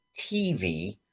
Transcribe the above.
TV